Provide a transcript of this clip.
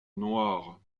noire